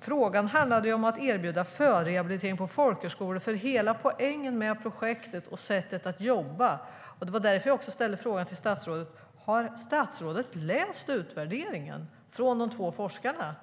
Frågan handlade om att erbjuda förrehabilitering på folkhögskolor, hela poängen med projektet och sättet att jobba. Det var därför jag ställde frågan till statsrådet: Har statsrådet läst utvärderingen från de två forskarna?